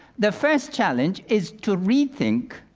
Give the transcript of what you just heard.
the first challenge is to rethink,